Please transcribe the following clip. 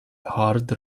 hard